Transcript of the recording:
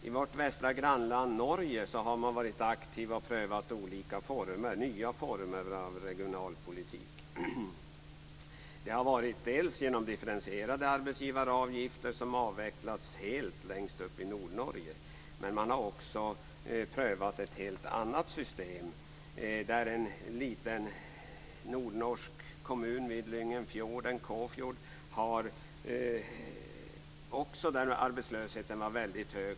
I vårt västra grannland Norge har man varit aktiv och prövat nya former av regionalpolitik. Det har handlat om differentierade arbetsgivaravgifter som har avvecklats helt högst upp i Nordnorge. Men man har också prövat ett helt annat system i en liten nordnorsk kommun vid Lyngenfjorden och Kåfjord där arbetslösheten var mycket hög.